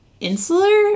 insular